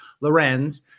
Lorenz